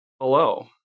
Hello